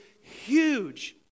huge